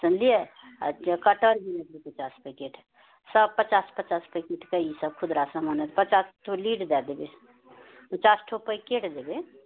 समझलिऐ cutter भी लेबै पचास पैकेट सब पचास पचास पैकेटके ई सब खुदरा सामान पचास ठो लीड दए देबै पचास ठो पैकेट देबै